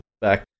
back